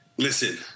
Listen